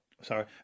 Sorry